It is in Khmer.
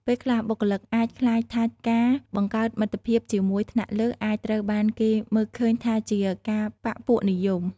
ពេលខ្លះ បុគ្គលិកអាចខ្លាចថាការបង្កើតមិត្តភាពជាមួយថ្នាក់លើអាចត្រូវបានគេមើលឃើញថាជាការបក្សពួកនិយម។